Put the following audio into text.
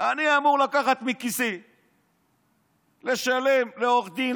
אני אמור לקחת מכיסי לשלם לעורך דין,